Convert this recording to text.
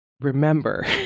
Remember